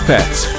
Pets